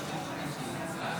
של חבר הכנסת משה סולומון,